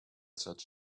such